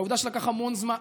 העובדה שלקח המון זמן,